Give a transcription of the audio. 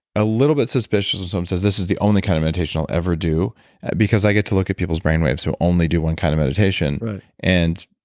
little bit suspicious of some, so this is the only kind of meditation i'll ever do because i get to look at people's brainwaves, so only do one kind of meditation and,